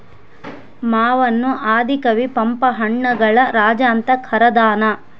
ಮಾವನ್ನು ಆದಿ ಕವಿ ಪಂಪ ಹಣ್ಣುಗಳ ರಾಜ ಅಂತ ಕರದಾನ